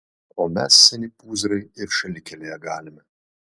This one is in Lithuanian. o mes seni pūzrai ir šalikelėje galime